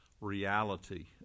reality